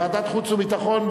ועדת חוץ וביטחון,